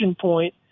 point